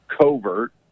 covert